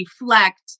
reflect